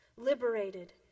liberated